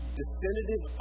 definitive